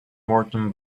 moreton